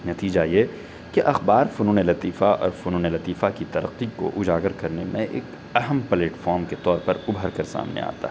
نتیجہ یہ کہ اخبار فنون لطیفہ اور فنون لطیفہ کی ترقی کو اجاگر کرنے میں ایک اہم پلیٹفام کے طور پر ابھر کر سامنے آتا ہے